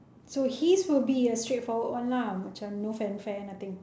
so his will be a straightforward one lah macam no fanfare nothing